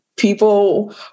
People